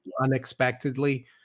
unexpectedly